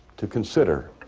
to consider